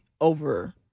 over